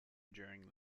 during